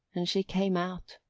and she came out.